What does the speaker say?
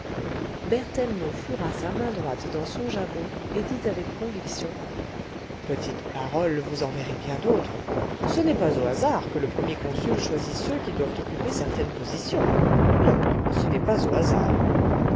berthellemot fourra sa main droite dans son jabot et dit avec conviction petite parole vous en verrez bien d'autres ce n'est pas au hasard que le premier consul choisit ceux qui doivent occuper certaines positions non ce n'est pas au hasard